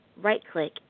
right-click